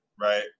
Right